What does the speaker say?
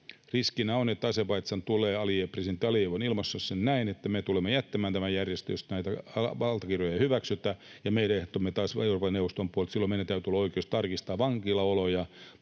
Riskinä on, että Azerbaidžan tulee — presidentti Alijev on ilmaissut sen näin — jättämään tämän järjestön, jos näitä valtakirjoja ei hyväksytä. Meidän ehtomme taas Euroopan neuvoston puolelta on se, että silloin meillä täytyy olla oikeus tarkistaa vankilaoloja,